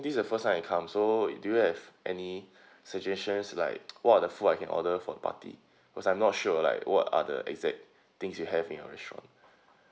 this is the first time I come so do you have any suggestions like what are the food I can order for the party cause I'm not sure like what are the exact things you have in your restaurant